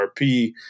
RP